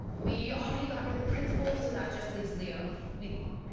we already got rid of the principal, so that just leaves leo. we walk